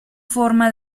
forma